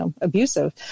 abusive